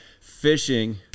Fishing